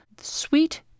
sweet